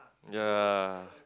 ya